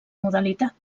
modalitat